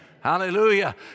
Hallelujah